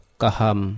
kaham